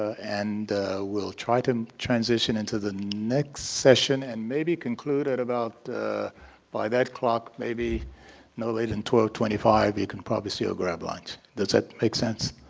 and we'll try to transition into the next session and maybe conclude at about by that clock, maybe no let than and twelve twenty five, you can probably still grab lunch. does that make sense?